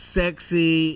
sexy